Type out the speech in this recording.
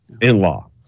In-law